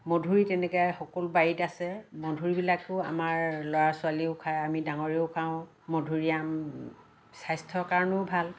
মধুৰি তেনেকৈ সকলো বাৰীত আছে মধুৰিবিলাকো আমাৰ ল'ৰা ছোৱালীয়ে খায় আমি ডাঙৰেও খাওঁ মধুৰিআম স্বাস্থ্যৰ কাৰণেও ভাল